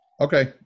Okay